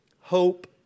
hope